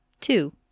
Two